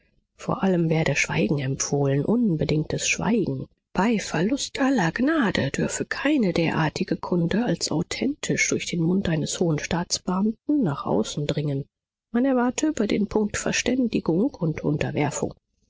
vor allem werde schweigen empfohlen unbedingtes schweigen bei verlust aller gnade dürfe keine derartige kunde als authentisch durch den mund eines hohen staatsbeamten nach außen dringen man erwarte über den punkt verständigung und unterwerfung